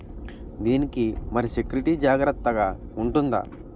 దీని కి మరి సెక్యూరిటీ జాగ్రత్తగా ఉంటుందా?